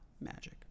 Magic